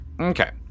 Okay